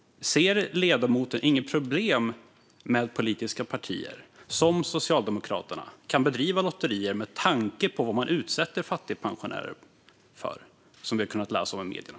Ser ledamoten inget problem med att politiska partier som Socialdemokraterna kan bedriva lotterier med tanke på vad man utsätter fattigpensionärer för, som vi har kunnat läsa om i medierna?